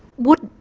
what,